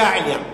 זה העניין.